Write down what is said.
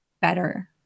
better